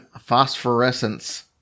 phosphorescence